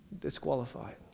disqualified